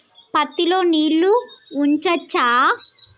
పత్తి లో నీళ్లు ఉంచచ్చా?